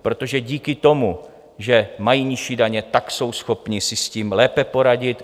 Protože díky tomu, že mají nižší daně, tak jsou schopni si s tím lépe poradit.